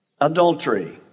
adultery